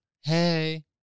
Hey